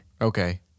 Okay